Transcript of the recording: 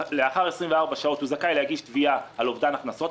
לאחר 24 שעות הוא זכאי להגיש תביעה על אובדן הכנסות,